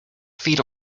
feet